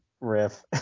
riff